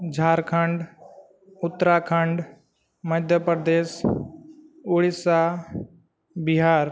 Jharkhand Uttarakhand Madhya Pradesh Odisha Bihar